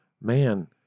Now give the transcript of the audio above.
man